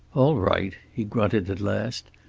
all right, he grunted at last.